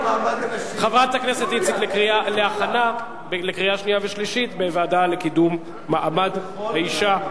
ההצעה עוברת להכנה לקריאה שנייה ושלישית בוועדה לקידום מעמד האשה.